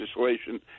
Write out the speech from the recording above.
legislation